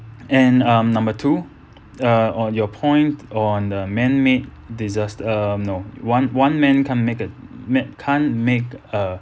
and um number two uh on your point on uh man-made disast~ um no one one man can't make a mad~ can't make a